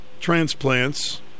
transplants